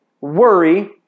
worry